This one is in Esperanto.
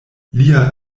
lia